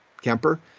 Kemper